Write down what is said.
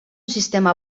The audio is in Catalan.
sistema